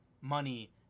Money